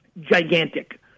gigantic